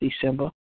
December